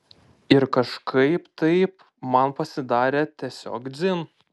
ir kažkaip taip man pasidarė tiesiog dzin